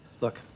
Look